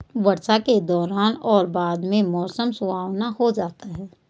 वर्षा के दौरान और बाद में मौसम सुहावना हो जाता है